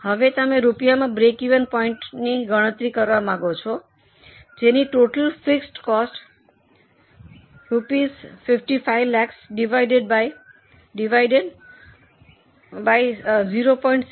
હવે તમે રુપિયામાં બ્રેકિવન પોઇન્ટની ગણતરી કરવા માંગો છો જેની ટોટલ ફિક્સડ કોસ્ટ જે 55 લાખ ડિવાઇડેડ 0